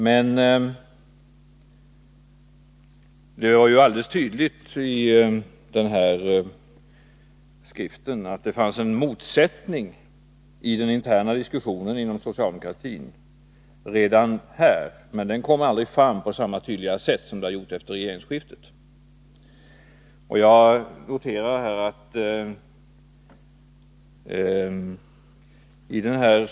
Men det var ju alldeles tydligt i denna skrift att det redan här fanns en motsättning i den interna diskussionen inom socialdemokratin, men det kom aldrig fram på samma tydliga sätt som det har gjort efter regeringsskiftet. Jag noterar att skribenten i ”Mitt i tiden.